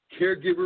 caregiver